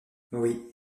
oui